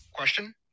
Question